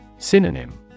Synonym